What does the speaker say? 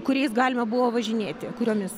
kuriais galime buvo važinėti kuriomis